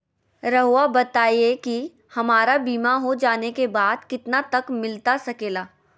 रहुआ बताइए कि हमारा बीमा हो जाने के बाद कितना तक मिलता सके ला?